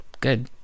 good